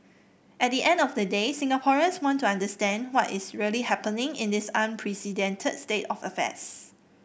at the end of the day Singaporeans want to understand what is really happening in this unprecedented state of affairs